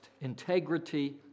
Integrity